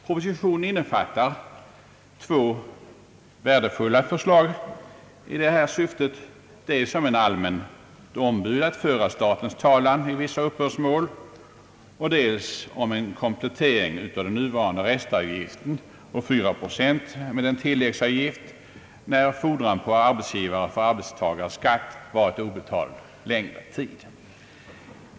Propositionen innefattar två värdefulla förslag i detta syfte, dels om ett allmänt ombud att föra statens talan i vissa uppbördsmål och dels om en komplettering av den nuvarande restavgiften på 4 procent med en tilläggsavgift, när fordran på arbetsgivare för arbetstagarskatt har varit obetald under längre tid.